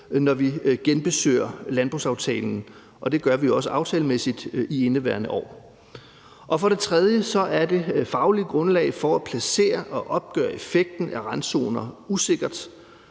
når vi genbesøger landbrugsaftalen, og det gør vi også aftalemæssigt i indeværende år. For det tredje er det faglige grundlag for at placere og opgøre effekten af randzoner usikkert.